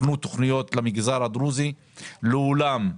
הוכנו תכניות למגזר הדרוזי ומעולם,